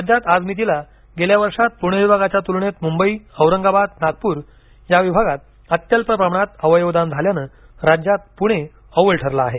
राज्यात आजमितीला गेल्या वर्षात पुणे विभागाच्या तुलनेत मुंबई औरंगाबाद नागपूर या विभागांत अत्यल्प प्रमाणात अवयवदान झाल्याने राज्यात पूणे अव्वल ठरले आहे